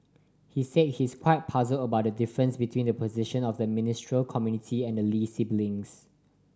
he said he is quite puzzled about the difference between the positions of the Ministerial Committee and the Lee siblings